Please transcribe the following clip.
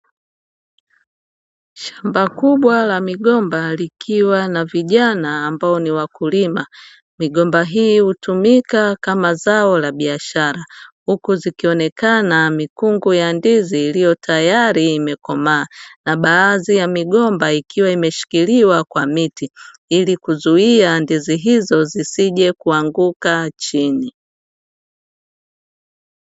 Shamba kubwa la migomba likiwa na vijana ambao ni wakulima, migomba hii hutumika kama zao la biashara, huku zikionekana mikungu ya ndizi iliyo tayari imekomaa, na baadhi ya migomba ikiwa imeshikiliwa kwa miti, ili kuzuia ndizi hizo zisije kuanguka chini.